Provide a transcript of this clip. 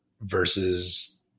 versus